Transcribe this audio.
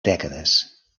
dècades